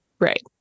Right